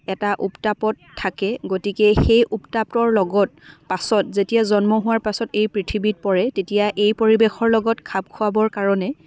এটা উত্তাপত থাকে গতিকে সেই উত্তাপৰ লগত পাছত যেতিয়া জন্ম হোৱাৰ পাছত এই পৃথিৱীত পৰে তেতিয়া এই পৰিৱেশৰ লগত খাপ খুৱাবৰ কাৰণে